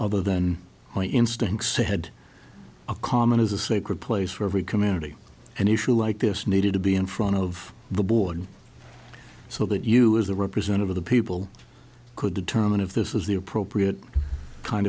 other than my instincts say had a common is a sacred place for every community an issue like this needed to be in front of the board so that you as the representative of the people could determine if this is the appropriate kind